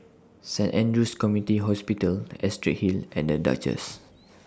Saint Andrew's Community Hospital Astrid Hill and The Duchess